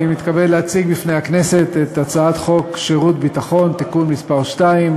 אני מתכבד להציג בפני הכנסת את הצעת חוק שירות ביטחון (תיקון מס' 21),